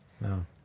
No